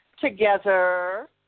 Together